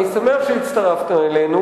אני שמח שהצטרפת אלינו,